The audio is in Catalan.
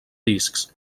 discs